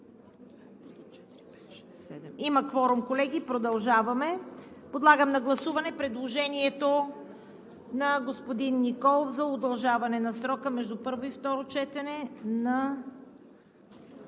Има кворум, колеги, продължаваме. Подлагам на гласуване предложението на господин Николов за удължаване на срока между първо и второ четене на